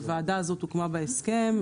הוועדה הזאת הוקמה בהסכם,